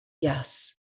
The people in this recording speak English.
yes